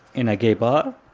in a gay bar.